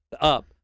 up